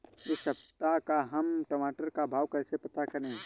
इस सप्ताह का हम टमाटर का भाव कैसे पता करें?